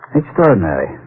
extraordinary